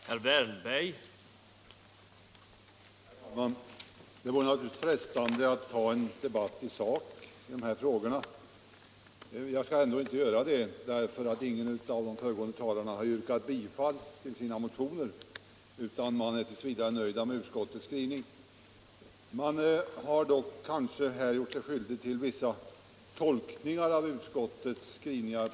Herr talman! Det vore naturligtvis frestande att i de här frågorna ta upp en debatt i sak, men jag skall inte göra detta, eftersom ingen av de föregående talarna yrkat bifall till sina motioner utan tills vidare nöjt sig med utskottets skrivning. Man har kanske på olika sätt gjort sig skyldig till vissa tolkningar av utskottets skrivning.